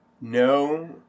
No